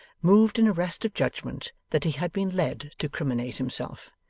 moved in arrest of judgment that he had been led to criminate himself,